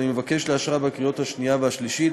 ואני מבקש לאשרה בקריאות השנייה והשלישית.